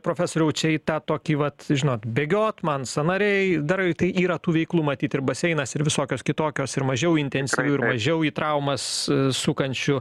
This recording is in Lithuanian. profesoriau čia į tą tokį vat žinot bėgiot man sąnariai darai tai yra tų veiklų matyt ir baseinas ir visokios kitokios ir mažiau intensyvių ir mažiau į traumas sukančių